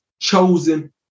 chosen